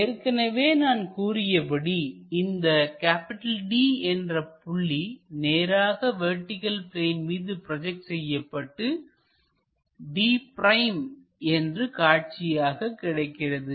ஏற்கனவே நான் கூறியபடி இந்தப் D என்ற புள்ளி நேராக வெர்டிகள் பிளேன் மீது ப்ரோஜெக்ட் செய்யப்பட்டு d'என்று காட்சியாக கிடைக்கிறது